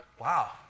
wow